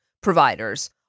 providers